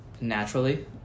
naturally